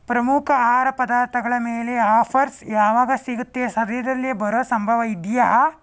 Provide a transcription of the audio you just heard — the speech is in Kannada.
ಪ್ರಮುಖ ಆಹಾರ ಪದಾರ್ಥಗಳ ಮೇಲೆ ಆಫರ್ಸ್ ಯಾವಾಗ ಸಿಗುತ್ತೆ ಸದ್ಯದಲ್ಲೆ ಬರೋ ಸಂಭವ ಇದೆಯಾ